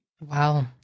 wow